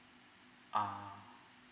ah